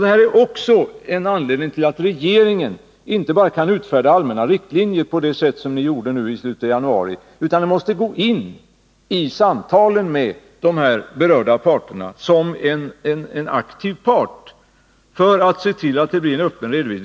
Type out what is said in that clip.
Detta är en av anledningarna till att regeringen inte bara kan utfärda allmänna riktlinjer på det sätt som den gjorde i slutet av januari, utan regeringen måste gå in som en aktiv part i samtalen med de berörda huvudmännen och se till att det blir en öppen redovisning.